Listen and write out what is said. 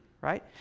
right